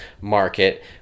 market